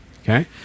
Okay